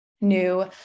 new